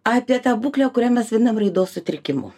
apie tą būklę kurią mes vadinam raidos sutrikimu